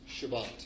Shabbat